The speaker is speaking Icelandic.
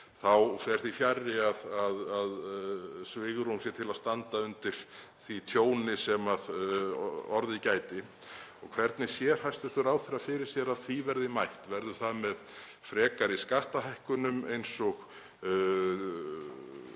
þá fer því fjarri að svigrúm sé til að standa undir því tjóni sem orðið gæti. Hvernig sér hæstv. ráðherra fyrir sér að því verði mætt? Verður það með frekari skattahækkunum eins og